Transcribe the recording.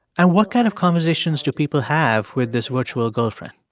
and what kind of conversations do people have with this virtual girlfriend?